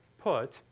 Put